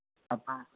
അപ്പം